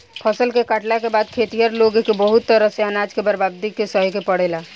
फसल के काटला के बाद खेतिहर लोग के बहुत तरह से अनाज के बर्बादी के सहे के पड़ेला